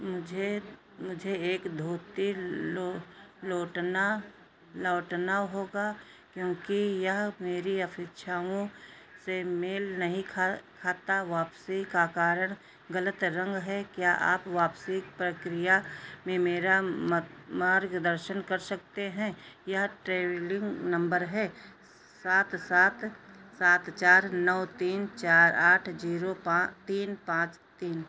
मुझे मुझे एक धोती लो लौटना लौटाना होगा क्योंकि यह मेरी अपेक्षाओं से मेल नहीं खाता वापसी का कारण गलत रंग है क्या आप वापसी प्रक्रिया में मेरा मार्गदर्शन कर सकते हैं यह ट्रैवलिंग नंबर है सात सात सात चार नौ तीन चार आठ जीरो पा तीन पाँच तीन